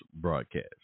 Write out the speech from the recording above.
broadcast